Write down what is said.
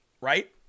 right